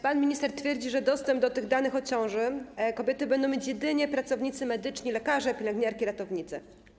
Pan minister twierdzi, że dostęp do tych danych o ciąży kobiety będą mieć jedynie pracownicy medyczni, lekarze, pielęgniarki, ratownicy.